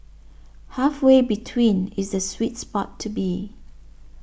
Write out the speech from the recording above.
halfway between is the sweet spot to be